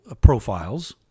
profiles